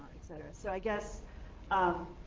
etcetera. so i guess um